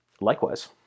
likewise